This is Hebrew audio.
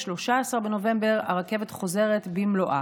ב-13 בנובמבר הרכבת חוזרת במלואה.